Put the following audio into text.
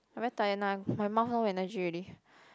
I very tired now my mouth no energy already